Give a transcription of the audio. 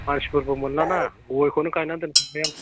मानसिफोरखौ मोनला ना गयखौनो गायना दोनजोबाय आं